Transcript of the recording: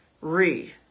re